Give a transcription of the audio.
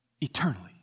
eternally